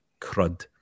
Crud